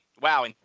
wow